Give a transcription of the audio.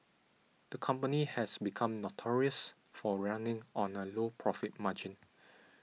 the company has become notorious for running on a low profit margin